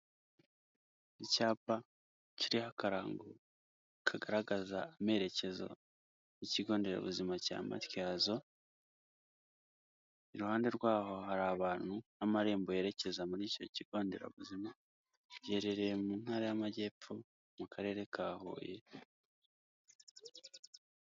Icyapa kiriho akarango kagaragaza amerekezo y'ikigonderabuzima cya Matyazo, iruhande rwaho hari abantu n'amarembo yerekeza muri icyo kigonderabuzima giherereye mu ntara y'amajyepfo mu karere ka Huye.